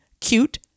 cute